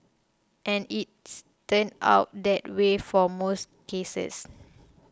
and it's turned out that way for most cases